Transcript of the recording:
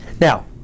Now